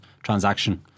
transaction